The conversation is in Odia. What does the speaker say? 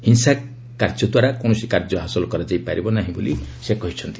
ହିଂସା କାର୍ଯ୍ୟ ଦ୍ୱାରା କୌଣସି କାର୍ଯ୍ୟ ହାସଲ କରାଯାଇ ପାରିବ ନାହିଁ ବୋଲି ସେ କହିଛନ୍ତି